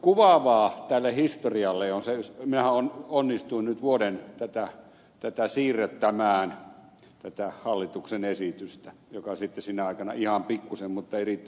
kuvaavaa tälle historialle on se että minähän onnistuin nyt vuoden siirrättämään tätä hallituksen esitystä joka sitten sinä aikana ihan pikkusen mutta ei riittävästi muuttunut